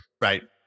Right